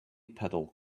pedal